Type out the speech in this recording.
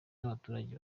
n’abaturage